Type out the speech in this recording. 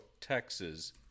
Texas